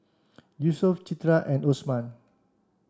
Yusuf Citra and Osman